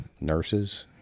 Nurses